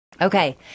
Okay